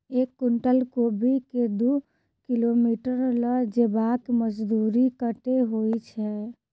एक कुनटल कोबी केँ दु किलोमीटर लऽ जेबाक मजदूरी कत्ते होइ छै?